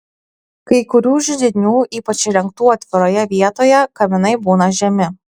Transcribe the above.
kai kurių židinių ypač įrengtų atviroje vietoje kaminai būna žemi